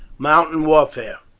mountain warfare